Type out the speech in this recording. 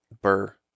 Burr